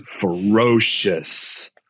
ferocious